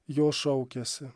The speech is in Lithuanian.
jo šaukiasi